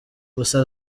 gusa